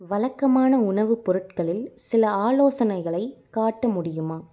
வழக்கமான உணவுப் பொருட்களில் சில ஆலோசனைகளைக் காட்ட முடியுமா